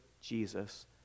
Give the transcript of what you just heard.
Jesus